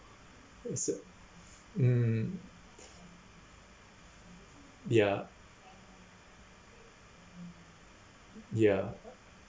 also mm ya ya